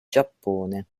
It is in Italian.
giappone